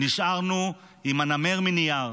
נשארנו עם הנמר מנייר.